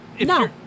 No